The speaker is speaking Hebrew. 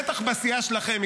בטח בסיעה שלכם,